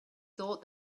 thought